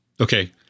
okay